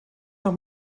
noch